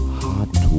hot